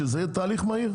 שזה יהיה תהליך מהיר,